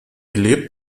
lebt